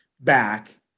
back